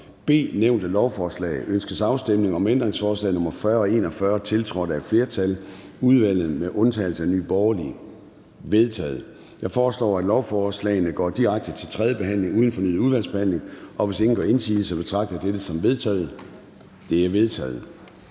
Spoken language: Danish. B nævnte lovforslag: Ønskes afstemning om ændringsforslag nr. 40 og 41, tiltrådt af et flertal (udvalget med undtagelse af NB)? De er vedtaget. Jeg foreslår, at lovforslagene går direkte til tredje behandling uden fornyet udvalgsbehandling. Hvis ingen gør indsigelse, betragter jeg dette som vedtaget. Det er vedtaget.